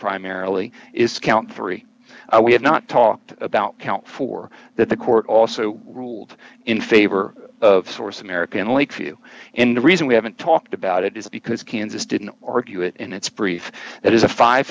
primarily is count three we have not talked about count four that the court also ruled in favor of source american only few in the reason we haven't talked about it is because kansas didn't argue it in its brief that is a five